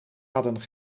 hadden